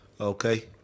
okay